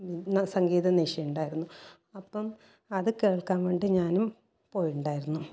സംഗീത നിശയുണ്ടായിരുന്നു അപ്പം അത് കേൾക്കാൻ വേണ്ടി ഞാനും പോയിട്ടുണ്ടായിരുന്നു